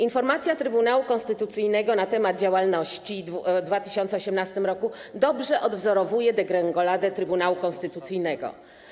Informacja Trybunału Konstytucyjnego na temat działalności w 2018 r. dobrze odwzorowuje degrengoladę Trybunału Konstytucyjnego.